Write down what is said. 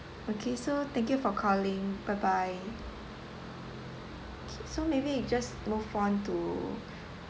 okay so thank you for calling bye bye okay so maybe we just move on to